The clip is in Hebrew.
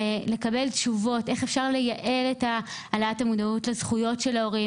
לקבל תשובות איך אפשר לייעל את העלאת המודעות לזכויות של ההורים,